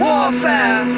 Warfare